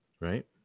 Right